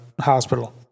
hospital